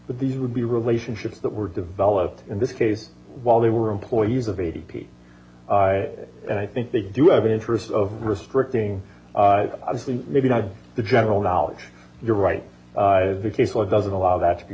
but these would be relationships that were developed in this case while they were employees of a d p and i think they do have an interest of restricting maybe not the general knowledge you're right the case law doesn't allow that to be